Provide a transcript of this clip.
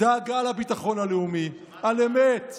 דאגה לביטחון הלאומי על אמת.